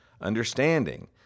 understanding